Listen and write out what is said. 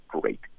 great